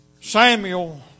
Samuel